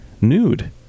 nude